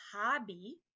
hobby